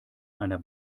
einer